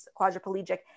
quadriplegic